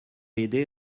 aidés